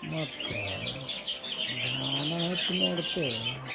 ಮತ್ತು ಗಾನ ಹಚ್ಚಿ ನೋಡ್ತೆ